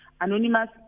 anonymous